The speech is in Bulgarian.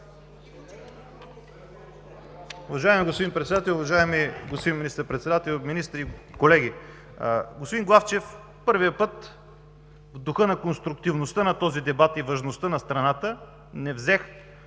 Уважаеми господин Председател, уважаеми господин Министър-председател, министри, колеги! Господин Главчев, първият път, в духа на конструктивността на този дебат и важността на страната, не взех